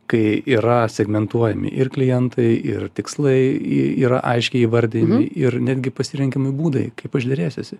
kai yra segmentuojami ir klientai ir tikslai y yra aiškiai įvardijami ir netgi pasirenkami būdai kaip aš derėsiuosi